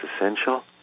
essential